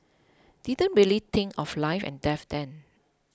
didn't really think of life and death then